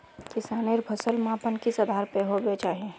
किसानेर फसल मापन किस आधार पर होबे चही?